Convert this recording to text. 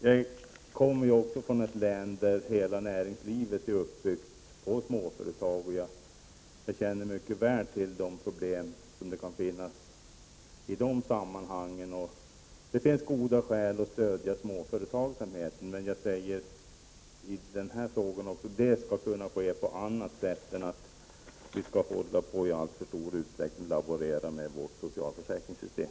Jag kommer också från ett län där hela näringslivet är uppbyggt av småföretag, och jag känner mycket väl till de problem som kan finnas i dessa sammanhang. Och det finns goda skäl att stödja småföretagsamhet, men det skall kunna ske på ett annat sätt än genom att man i alltför stor utsträckning laborerar med vårt socialförsäkringssystem.